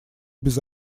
без